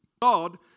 God